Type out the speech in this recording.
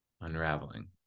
unraveling